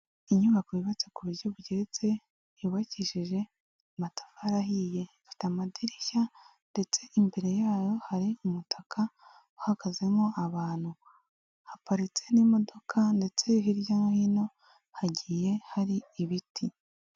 Inyubako yubatse ku buryo bugeretse yubakishije amatafari ahiye, ifite amadirishya ndetse imbere yayo hari umutaka uhagazemo abantu. Haparitse n'imodoka ndetse hirya no hino hagiye hari ibiti.